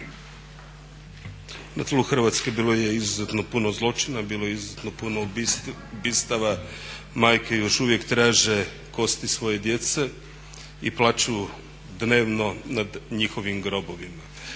Na tlu Hrvatske bilo je izuzetno puno zločina, bilo je izuzetno puno ubojstava, majke još uvijek traže kosti svoje djece i plaću dnevno nad njihovim grobovima.